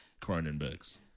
Cronenbergs